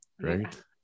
right